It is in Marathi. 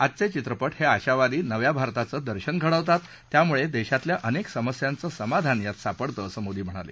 आजचे चित्रपट हे आशावादी नव्या भारताचं दर्शन घडवतात त्यामुळे देशातल्या अनेक समस्यांच समाधान यात सापडतं असं मोदी म्हणाले